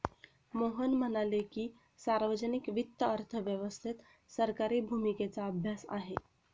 मोहन म्हणाले की, सार्वजनिक वित्त अर्थव्यवस्थेत सरकारी भूमिकेचा अभ्यास आहे